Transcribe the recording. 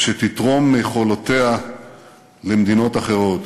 שתתרום מיכולותיה למדינות אחרות.